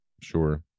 Sure